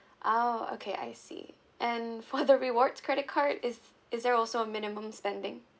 oh okay I see and for the rewards credit card is is there also a minimum spending